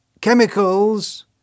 chemicals